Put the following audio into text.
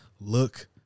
look